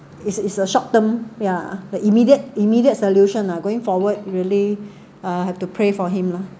it's is a short term ya the immediate immediate solution uh going forward really uh have to pray for him lah